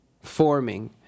forming